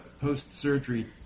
post-surgery